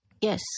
Yes